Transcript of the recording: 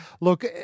look